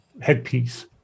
headpiece